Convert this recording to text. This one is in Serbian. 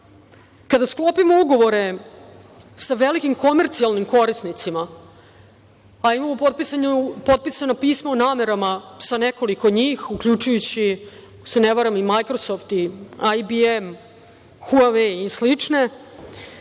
kada sklopimo ugovore sa velikim komercijalnim korisnicima, a imamo potpisana pisma o namerama sa nekoliko njih uključujući, ako se ne varam, i „Microsoft“, IBM, „HUAWEI“ i